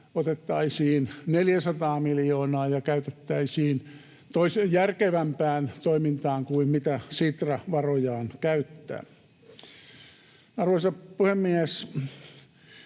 otettaisiin 400 miljoonaa ja käytettäisiin järkevämpään toimintaan kuin mihin Sitra varojaan käyttää. Arvoisa puhemies!